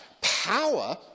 power